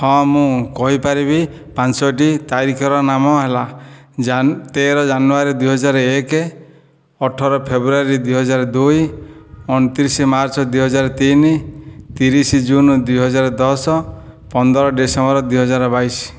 ହଁ ମୁଁ କହିପାରିବି ପାଞ୍ଚଟି ତାରିଖର ନାମ ହେଲା ତେର ଜାନୁଆରୀ ଦୁଇ ହଜାର ଏକ ଅଠର ଫେବ୍ରୁଆରୀ ଦୁଇ ହଜାର ଦୁଇ ଅଣତିରିଶ ମାର୍ଚ୍ଚ ଦୁଇ ହଜାର ତିନି ତିରିଶ ଜୁନ ଦୁଇ ହଜାର ଦଶ ପନ୍ଦର ଡିସେମ୍ବର ଦୁଇ ହଜାର ବାଇଶ